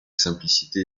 simplicité